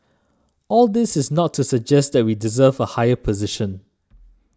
all this is not to suggest that we deserve a higher position